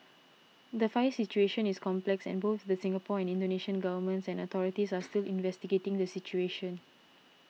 the fire situation is complex and both the Singapore and Indonesia governments and authorities are still investigating the situation